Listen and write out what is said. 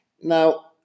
Now